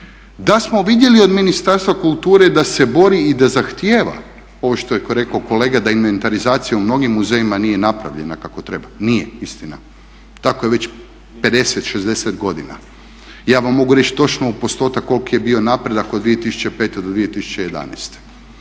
Da smo vidjeli od Ministarstva kulture da se bori i da zahtijeva ovo što je rekao kolega da inventarizacija u mnogim muzejima nije napravljena kako treba, nije istina, tako je već 50-60 godina. Ja vam mogu reći točno u postotak koliki je bio napredak od 2005. do 2011.